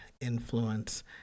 influence